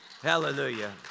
Hallelujah